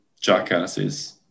jackasses